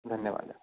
धन्यवादः